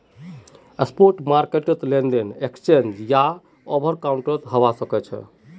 spot market लेनदेन exchange या over the counter हवा सक्छे